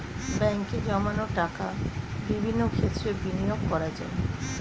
ব্যাঙ্কে জমানো টাকা বিভিন্ন ক্ষেত্রে বিনিয়োগ করা যায়